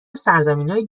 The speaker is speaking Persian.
سرزمینای